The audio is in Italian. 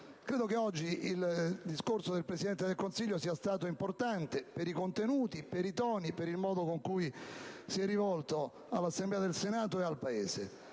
credo che il discorso di oggi del Presidente del Consiglio sia stato importante per i contenuti, per i toni e per il modo con cui si è rivolto all'Assemblea del Senato e al Paese,